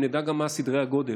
שנדע גם מה סדרי הגודל,